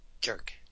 jerk